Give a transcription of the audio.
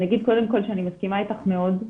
אגיד קודם כל שאני מסכימה איתך מאוד,